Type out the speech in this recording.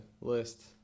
list